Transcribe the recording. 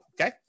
Okay